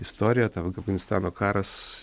istorija tą kaip afganistano karas